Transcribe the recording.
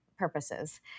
purposes